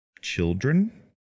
children